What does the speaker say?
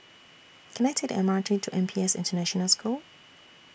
Can I Take The M R T to N P S International School